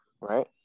right